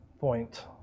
point